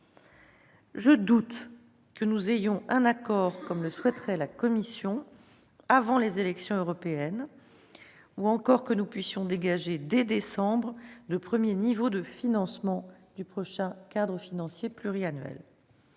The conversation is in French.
Je doute que nous parvenions à un accord, comme le souhaiterait la Commission européenne, avant les élections européennes ou que nous arrivions à dégager dès décembre le premier niveau de financement du prochain cadre financier pluriannuel.